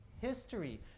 history